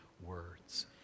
words